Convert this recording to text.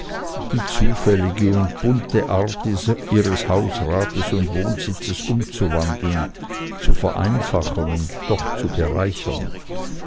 die zufällige und bunte art ihres hausrates und wohnsitzes umzuwandeln zu vereinfachen und doch zu bereichern